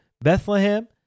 Bethlehem